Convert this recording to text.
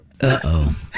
Uh-oh